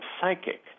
psychic